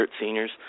seniors